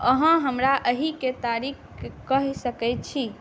अहाँ हमरा एहिकेँ तारीख कहि सकै छी